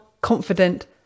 confident